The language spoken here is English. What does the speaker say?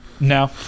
no